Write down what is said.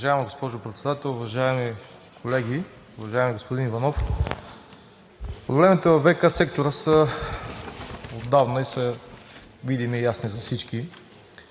Уважаема госпожо Председател, уважаеми колеги! Уважаеми господин Иванов, проблемите във ВиК сектора са отдавна и са видими и ясни за всички.